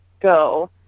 go